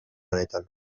honetan